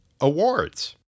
awards